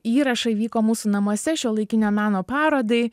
įrašai vyko mūsų namuose šiuolaikinio meno parodai